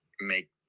make